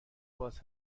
باز